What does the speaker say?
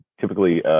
typically